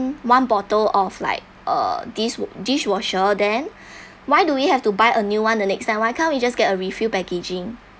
one bottle of like uh dish dishwasher then why do we have to buy a new one the next time why can't we just get a refill packaging